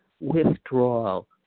withdrawal